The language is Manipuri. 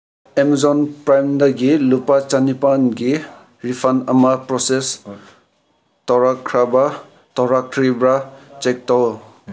ꯑꯦꯝꯖꯣꯟ ꯄ꯭ꯔꯥꯏꯝꯗꯒꯤ ꯂꯨꯄꯥ ꯆꯅꯤꯄꯥꯟꯒꯤ ꯔꯤꯐꯟ ꯑꯃ ꯄ꯭ꯔꯣꯁꯦꯁ ꯇꯧꯔꯛꯈ꯭ꯔꯕ ꯇꯧꯔꯛꯇ꯭ꯔꯤꯕ ꯆꯦꯛ ꯇꯧ